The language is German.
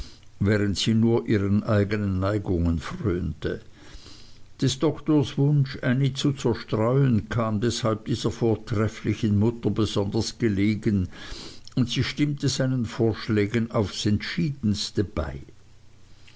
während sie nur ihren eignen neigungen frönte des doktors wunsch ännie zu zerstreuen kam deshalb dieser vortrefflichen mutter besonders gelegen und sie stimmte seinen vorschlägen auf das entschiedenste bei